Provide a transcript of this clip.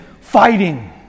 fighting